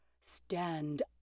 stand